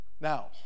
Now